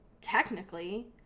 Technically